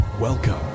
Welcome